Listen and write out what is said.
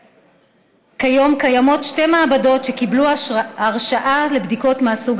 כיום קיימת שתי מעבדות שקיבלו הרשאה לבדיקות מהסוג